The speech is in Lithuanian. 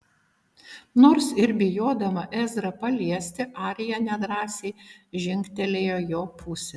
nors ir bijodama ezrą paliesti arija nedrąsiai žingtelėjo jo pusėn